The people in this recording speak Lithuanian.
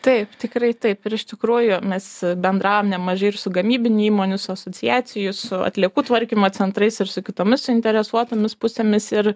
taip tikrai taip ir iš tikrųjų mes bendravom nemažai ir su gamybinių įmonių su asociacijų su atliekų tvarkymo centrais ir su kitomis suinteresuotomis pusėmis ir